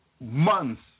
months